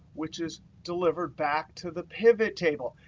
which is delivered back to the pivot table.